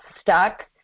stuck